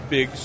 Big